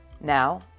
Now